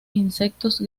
insectos